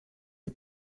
die